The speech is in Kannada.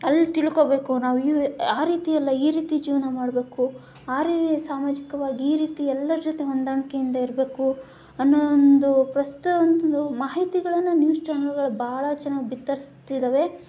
ಅಲ್ಲಿ ತಿಳ್ಕೋಬೇಕು ನಾವು ಇವೆ ಆ ರೀತಿಯಲ್ಲ ಈ ರೀತಿ ಜೀವನ ಮಾಡಬೇಕು ಆ ರೀ ಸಾಮಾಜಿಕವಾಗಿ ಈ ರೀತಿ ಎಲ್ಲರ ಜೊತೆ ಹೊಂದಾಣಿಕೆಯಿಂದ ಇರಬೇಕು ಅನ್ನೋ ಒಂದು ಪ್ರಸ್ತು ಒಂದು ಮಾಹಿತಿಗಳನ್ನು ನ್ಯೂಸ್ ಚಾನೆಲ್ಲುಗಳು ಭಾಳ ಚೆನ್ನಾಗಿ ಬಿತ್ತರಿಸ್ತಿದ್ದಾವೆ